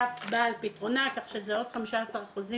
באה על פתרונה כך שזה עוד 15 אחוזים.